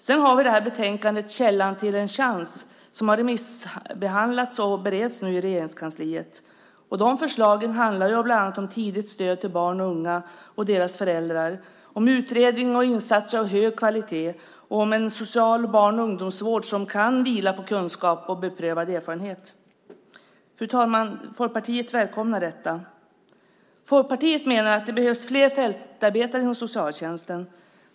Sedan har vi det här betänkandet Källan till en chans som har remissbehandlats och nu bereds i Regeringskansliet. De förslagen handlar bland annat om tidigt stöd till barn och unga och deras föräldrar, om utredning och insatser av hög kvalitet och om en social barn och ungdomsvård som kan vila på kunskap och beprövad erfarenhet. Fru talman! Folkpartiet välkomnar detta. Folkpartiet menar att det behövs fler fältarbetare inom socialtjänsten.